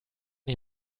die